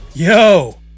Yo